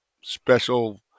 special